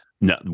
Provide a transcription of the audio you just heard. No